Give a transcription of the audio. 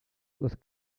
les